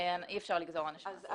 אי אפשר לגזור עונש מאסר.